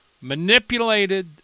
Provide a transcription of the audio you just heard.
manipulated